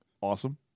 awesome